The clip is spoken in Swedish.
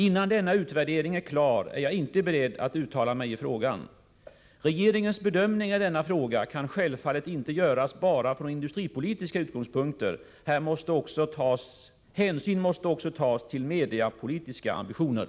Innan denna utvärdering är klar är jag inte beredd att uttala mig i frågan. Regeringens bedömningar i denna fråga kan självfallet inte göras bara från industripolitiska utgångspunkter. Hänsyn måste också tas till mediapolitiska ambitioner.